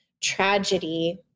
tragedy